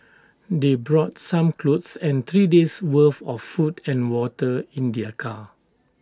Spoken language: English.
they brought some clothes and three days' worth of food and water in their car